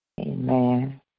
Amen